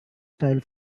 style